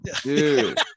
dude